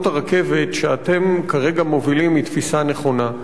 הרכבת שאתם כרגע מובילים היא תפיסה נכונה.